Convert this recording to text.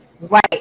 Right